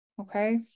Okay